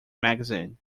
magazine